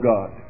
God